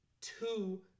two